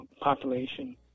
population